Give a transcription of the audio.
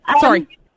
Sorry